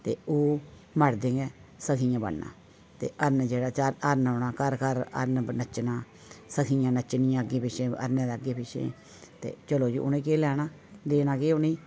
ते ओह् मर्दें गै सखियां बनना ते हरण औना जेह्ड़ा घर घर हरण नच्चना सखियां नच्चनियां अग्गें पिच्छें हरणें दे अग्गें पिच्छें चलो जी उ'नें केह् लैना देना केह् उ'नेंगी